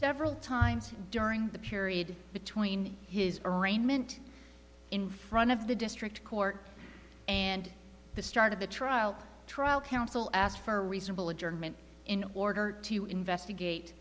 several times during the period between his arraignment in front of the district court and the start of the trial trial counsel asked for reasonable adjournment in order to investigate